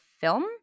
film